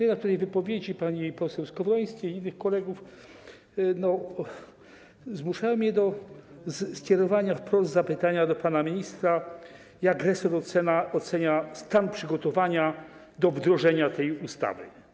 Jednak wypowiedzi pani poseł Skowrońskiej i kolegów zmuszają mnie do skierowania wprost zapytania do pana ministra, jak resort ocenia stan przygotowania do wdrożenia tej ustawy.